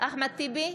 אחמד טיבי,